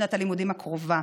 לשנת הלימודים הקרובה.